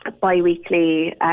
bi-weekly